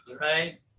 right